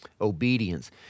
obedience